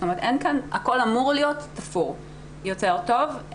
זאת אומרת, הכול אמור להיות תפור יותר טוב.